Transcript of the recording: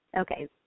Okay